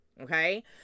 Okay